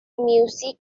music